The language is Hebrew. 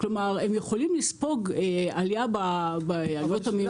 כלומר הם יכולים לספוג עלייה בעלויות המימון.